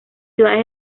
ciudades